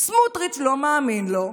סמוטריץ' לא מאמין לו,